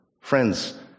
Friends